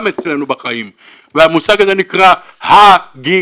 אצלנו בחיים והמושג הזה נקרא הגינות.